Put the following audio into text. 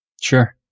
sure